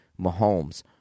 Mahomes